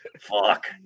Fuck